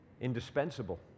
indispensable